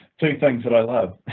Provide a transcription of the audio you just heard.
two things that i love,